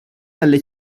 dalle